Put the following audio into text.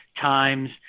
times